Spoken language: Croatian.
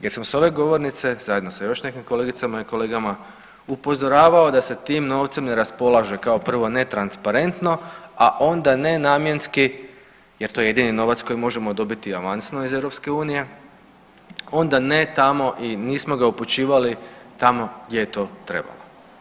Jer sam s ove govornice zajedno sa još nekim kolegicama i kolegama upozoravao da se s tim novcem ne raspolaže kao prvo netransparentno, a onda ne namjenski jer to je jedini novac koji možemo dobiti avansno iz EU, onda ne tamo i nismo ga upućivali tamo gdje je to trebalo.